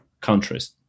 countries